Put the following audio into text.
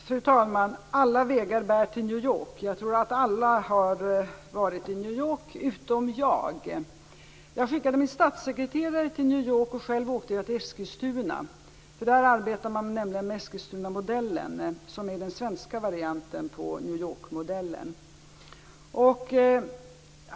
Fru talman! Alla vägar bär till New York. Jag tror att alla har varit där utom jag. Jag skickade min statssekreterare till New York och själv åkte jag till Eskilstuna. Där arbetar man nämligen med Eskilstunamodellen som är den svenska varianten av New Yorkmodellen.